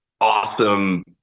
awesome